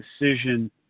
decision